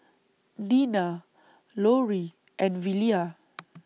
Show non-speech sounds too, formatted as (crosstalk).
Dena Loree and Velia (noise)